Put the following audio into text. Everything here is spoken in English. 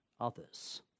others